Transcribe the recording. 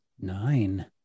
Nine